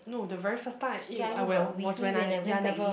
no the very first time I eat I well was when I ya never